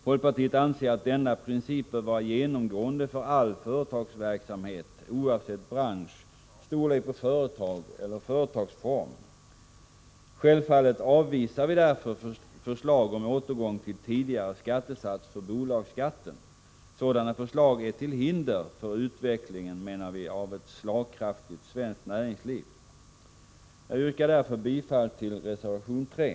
Folkpartiet anser att den här principen bör vara genomgående för all företagsverksamhet oavsett bransch, storlek på företag eller företagsform. Självfallet avvisar vi därför förslag om återgång till tidigare skattesats för bolagsskatten. Sådana förslag är till hinder för utvecklingen, menar vi, av ett slagkraftigt svenskt näringsliv. Jag yrkar därför bifall till reservation 3.